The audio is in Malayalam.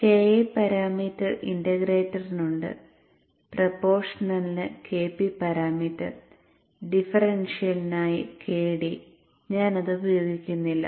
Ki പാരാമീറ്റർ ഇന്റഗ്രേറ്ററിന് ഉണ്ട് പ്രോപ്രോഷണലിന് Kp പാരാമീറ്റർ ഡിഫറൻഷ്യലിനായി Kd ഞാൻ അത് ഉപയോഗിക്കുന്നില്ല